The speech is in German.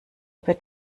wird